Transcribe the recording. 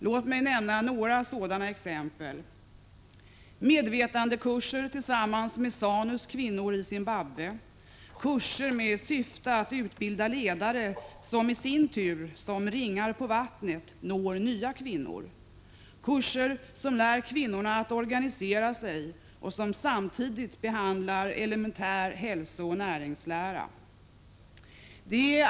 Låt mig nämna några sådana exempel: — Medvetandekurser tillsammans med ZANU:s kvinnor i Zimbabwe. Kurser med syfte att utbilda ledare som i sin tur — som ringar på vattnet — når nya kvinnor. Kurser som lär kvinnorna att organisera sig och som samtidigt behandlar elementär hälsooch näringslära.